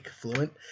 fluent